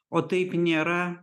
o taip nėra